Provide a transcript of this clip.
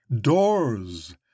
Doors